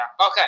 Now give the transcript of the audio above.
Okay